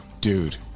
Dude